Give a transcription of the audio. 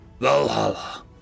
Valhalla